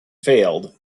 failed